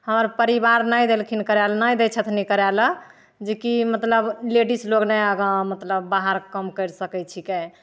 हमर परिवार नहि देलखिन करैले नहि दै छथिन करैले जेकि मतलब लेडिज लोक नहि आगाँ मतलब बाहर काम करि सकै छिकै